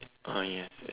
(uh huh) yes yes